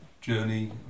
journey